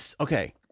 Okay